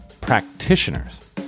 practitioners